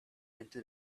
into